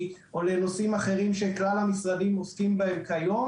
או לנושאים אחרים שכלל המשרדים עוסקים בהם כיום.